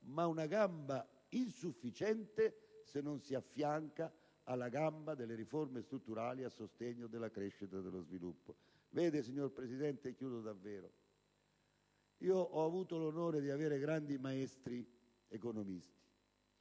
è una gamba insufficiente se non si affianca a quella delle riforme strutturali a sostegno della crescita e dello sviluppo. Signor Presidente, io ho avuto l'onore di avere grandi maestri economisti.